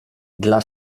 dla